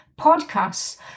podcasts